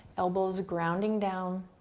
elbows grounding down.